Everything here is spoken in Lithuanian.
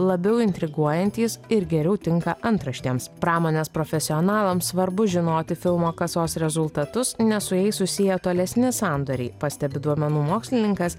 labiau intriguojantys ir geriau tinka antraštėms pramonės profesionalams svarbu žinoti filmo kasos rezultatus nes su jais susiję tolesni sandoriai pastebi duomenų mokslininkas